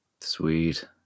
sweet